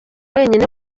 wenyine